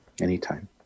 Anytime